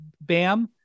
bam